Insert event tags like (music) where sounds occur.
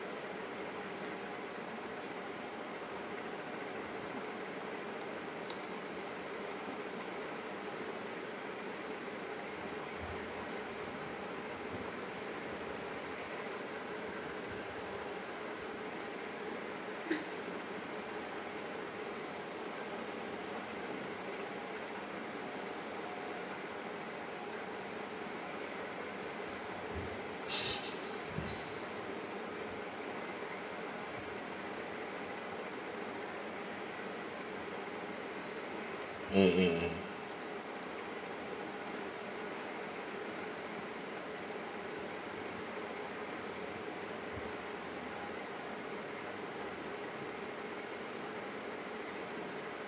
(laughs) mm mm mm